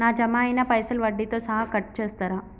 నా జమ అయినా పైసల్ వడ్డీతో సహా కట్ చేస్తరా?